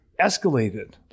escalated